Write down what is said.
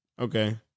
Okay